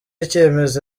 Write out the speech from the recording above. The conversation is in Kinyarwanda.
icyemezo